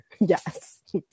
Yes